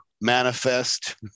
manifest